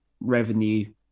revenue